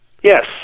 Yes